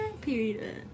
Period